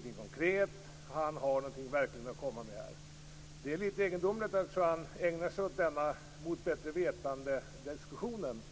finns något konkret i det, men att han verkligen har något att komma med. Det är egendomligt att Juan Fonseca mot bättre vetande ägnar sig åt en sådan diskussion.